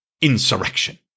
insurrection